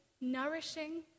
nourishing